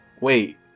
wait